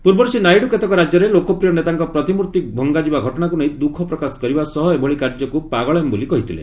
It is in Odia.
ପୂର୍ବରୁ ଶ୍ରୀ ନାଇଡୁ କେତେକ ରାଜ୍ୟରେ ଲୋକପ୍ରିୟ ନେତାଙ୍କ ପ୍ରତିମୂର୍ତ୍ତି ଭଙ୍ଗାଯିବା ଘଟଣାକୁ ନେଇ ଦୁଃଖ ପ୍ରକାଶ କରିବା ସହ ଏଭଳି କାର୍ଯ୍ୟକୁ ପାଗଳାମୀ ବୋଲି କହିଥିଲେ